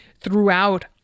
throughout